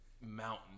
mountain